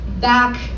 back